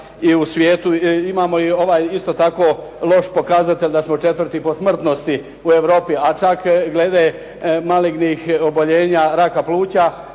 i u svijetu imamo loš pokazatelj da smo 4. po smrtnosti u Europi, pa čak i glede malignih oboljenja raka pluća